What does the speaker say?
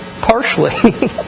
partially